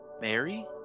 Mary